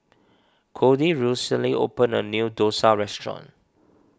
Kody recently opened a new Dosa restaurant